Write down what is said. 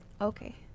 Okay